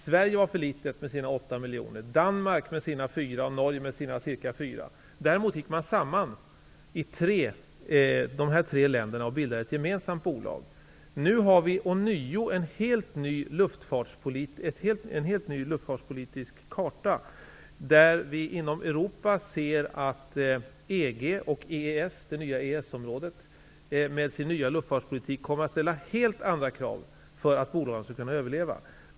Sverige med åtta miljoner invånare, Danmark med fyra miljoner invånare och Norge med cirka fyra miljoner invånare var för små. Däremot kunde dessa tre länder gå samman och bilda ett gemensamt bolag. Nu har vi åter igen en helt ny luftfartspolitisk karta. inom EG och det nya EES-området kommer det att ställas helt andra krav på bolagen för att de skall kunna överleva.